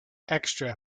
extra